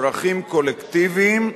צרכים קולקטיביים,